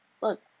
Look